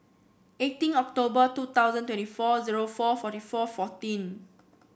eighteen October two thousand twenty four zero four forty four fourteen